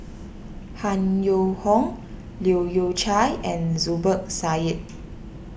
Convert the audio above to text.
Han Yong Hong Leu Yew Chye and Zubir Said